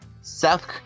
South